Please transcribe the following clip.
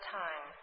time